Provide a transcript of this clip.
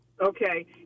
Okay